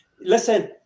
listen